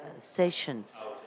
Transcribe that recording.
sessions